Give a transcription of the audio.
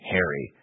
Harry